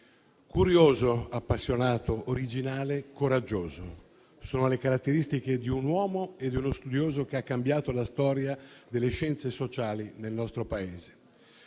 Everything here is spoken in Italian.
curioso, appassionato, originale e coraggioso: sono le caratteristiche di un uomo e di uno studioso che ha cambiato la storia delle scienze sociali nel nostro Paese.